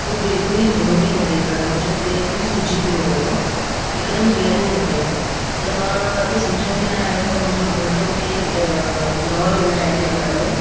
उहो बिल्कुल ई मूंमेंट ई न पई कनि ऐं मुंहिंजो पेर बि सुॼी वियो हुओ हिकदमि हिलनि ई न पियो त मूंखे सम्झ ई न आहियो त मुंहिंजो घोठु मूंखे न हुओ हुन टाइम ते घर में